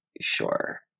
sure